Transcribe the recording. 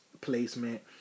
placement